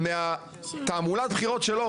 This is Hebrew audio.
שכחלק מתעמולת הבחירות שלו,